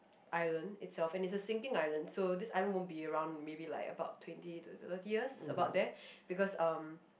island itself and it's a sinking island so this island won't be around maybe like about twenty to thirty years about there because um